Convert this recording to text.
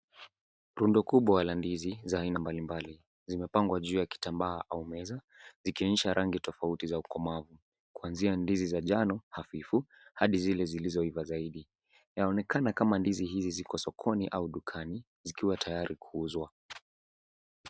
Rundo kubwa la ndizi za aina mbali mbali zimepangwa juu ya kitambaa au meza zikionyesha rangi tofauti za ukmavu kuanzia ndizi za njano hafifu hadi zile ziliiva zaidi. Yaonekana kama ndizi hizi ziko sokoni au dukani zikiwa tayari kuuzwa.